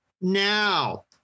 Now